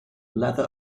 leather